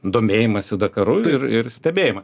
domėjimąsi dakaru ir ir stebėjimą